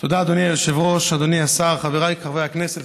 הרווחה והבריאות להמשך דיון.